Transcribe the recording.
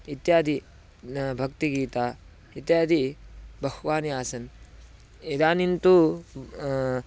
इत्यादि भक्तिगीतम् इत्यादि बह्वानि आसन् इदानीं तु